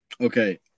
Okay